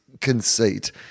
conceit